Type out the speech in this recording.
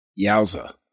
Yowza